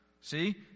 see